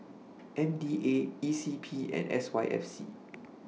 M D A E C P and S Y F C